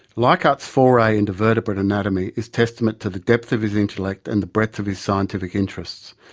leichhardt's foray into vertebrate anatomy is testament to the depth of his intellect and the breadth of his scientific interests.